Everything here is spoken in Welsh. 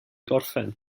gorffen